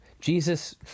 Jesus